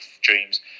dreams